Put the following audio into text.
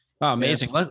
Amazing